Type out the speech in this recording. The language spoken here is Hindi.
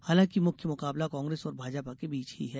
हालांकि मुख्य मुकाबला कांग्रेस और भाजपा के बीच ही है